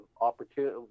opportunity